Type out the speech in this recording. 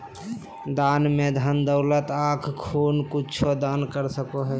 दान में धन दौलत आँख खून कुछु दान कर सको हइ